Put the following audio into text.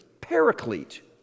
paraclete